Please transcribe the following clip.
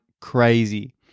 crazy